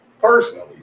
personally